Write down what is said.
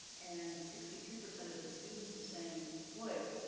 and sixty three percent of the students are saying, boy,